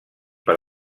per